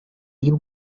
ry’u